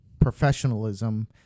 professionalism